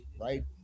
right